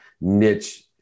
niche